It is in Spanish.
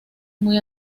muy